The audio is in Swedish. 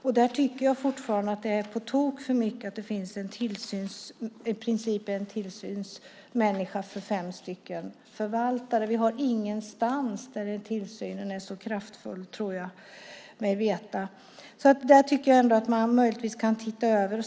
Jag tycker fortfarande att det är på tok för mycket att det i princip finns en tillsynsmänniska för fem förvaltare. Jag tror mig veta att tillsynen inte är så kraftfull någon annanstans. Det tycker jag att man möjligtvis kan titta över.